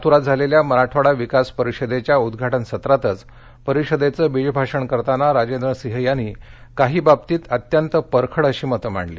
लातूरात झालेल्या मराठवाडा विकास परिषदेच्या उद्घाटन सत्रातच परिषदेच बिज भाषण करताना राजेंद्रसिंह यांनी काही बाबतीत अत्यंत परखड अशी मत मांडली